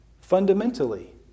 Fundamentally